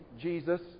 Jesus